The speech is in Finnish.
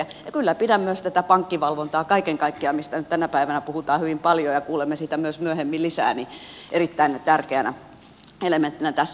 ja kyllä pidän kaiken kaikkiaan myös tätä pankkivalvontaa mistä nyt tänä päivänä puhutaan hyvin paljon ja kuulemme myös myöhemmin lisää erittäin tärkeänä elementtinä tässä